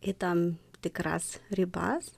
į tam tikras ribas